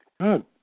Good